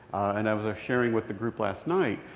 and i was sharing with the group last night,